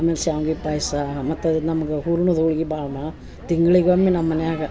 ಆಮೇಲೆ ಶಾಮ್ಗಿ ಪಾಯ್ಸಾ ಮತ್ತೆ ಅದು ನಮ್ಗ ಹೂರ್ಣುದ ಹೊಳಿಗಿ ಭಾಳ್ ಮಾ ತಿಂಗ್ಳಿಗೊಮ್ಮೆ ನಮ್ಮ ಮನ್ಯಾಗ